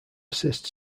assist